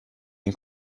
این